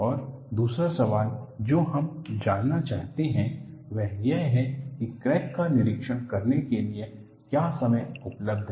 और दूसरा सवाल जो हम जानना चाहते हैं वह यह है कि क्रैक का निरीक्षण करने के लिए क्या समय उपलब्ध है